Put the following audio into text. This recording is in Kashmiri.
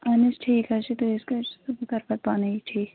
اَہَن حظ ٹھیٖک حظ چھُ تُہۍ یِتھٕ پٲٹھۍ تہٕ بہٕ کرٕ پتہٕ پانے یہِ ٹھیٖک